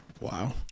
wow